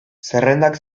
zerrendak